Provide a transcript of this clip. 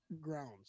grounds